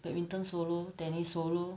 badminton solo tennis solo